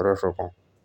जाअ।